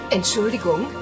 Entschuldigung